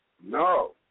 No